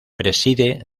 preside